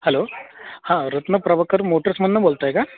hello हां रत्नप्रभाकर मोटर्समधनं बोलत आहे का